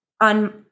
on